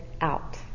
out